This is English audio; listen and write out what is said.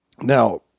Now